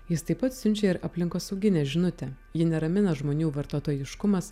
jis taip pat siunčia ir aplinkosauginę žinutę jį neramina žmonių vartotojiškumas